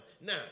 Now